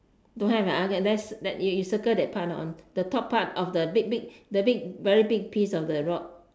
don't have you circle that part the top part of the big big the big very big piece of the rock